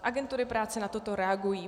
Agentury práce na toto reagují.